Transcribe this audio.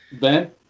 Ben